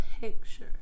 picture